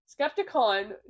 Skepticon